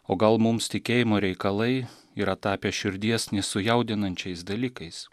o gal mums tikėjimo reikalai yra tapę širdies nesujaudinančiais dalykais